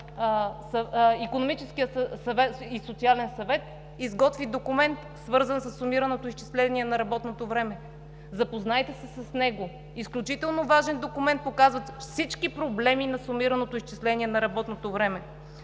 Икономическият и социален съвет изготви документ, свързан със сумираното изчисление на работното време. Запознайте се с него – изключително важен документ, показващ всички проблеми на сумираното изчисление на работното време.